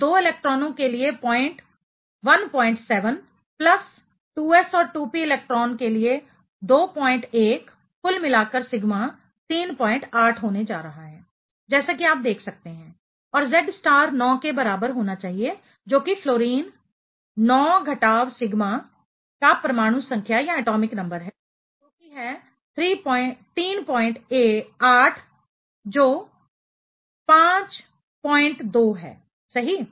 तो 2 इलेक्ट्रॉनों के लिए पॉइंट 17 प्लस 2s और 2p इलेक्ट्रॉन के लिए 21 कुल मिलाकर सिग्मा 38 होने जा रहा है जैसा कि आप देख सकते हैं और Z स्टार 9 के बराबर होना चाहिए जो कि फ्लोरीन 9 घटाव सिग्मा का परमाणु संख्या है जो कि है 38 जो 52 है सही